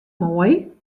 moai